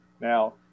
Now